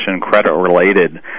credit-related